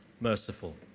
merciful